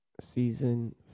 Season